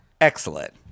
excellent